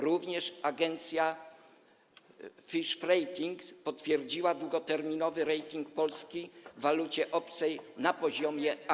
Również agencja Fitch Ratings potwierdziła długoterminowy rating Polski w walucie obcej na poziomie A-